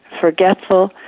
forgetful